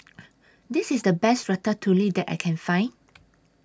This IS The Best Ratatouille that I Can Find